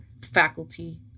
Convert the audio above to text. faculty